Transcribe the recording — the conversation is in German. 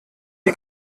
die